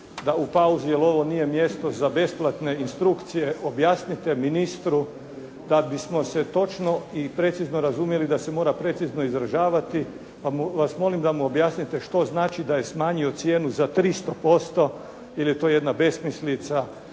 da u pauzi, jer ovo nije mjesto za besplatne instrukcije objasnite ministru da bismo se točno i precizno razumjeli da se mora precizno izražavati pa vas molim da mu objasnite što znači da je smanjio cijenu za 300% jer je to jedna besmislica